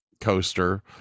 Coaster